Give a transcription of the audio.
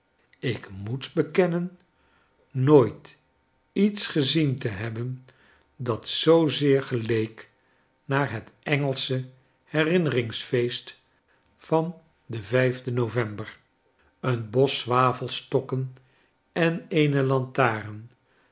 ik moet bekennen nooit iets gezientehebben dat zoozeer geleek naar het engelsche herinneringsfeest van den vijfden november een bos zwavelstokken en eene lantaren